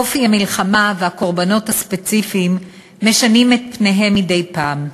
אופי המלחמה והקורבנות הספציפיים משנים את פניהם מדי פעם,